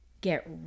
get